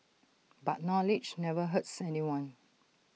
but knowledge never hurts anyone